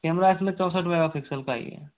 camera इसमें चौसठ megapixel का ही है